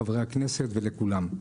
לחברי הכנסת ולכולם.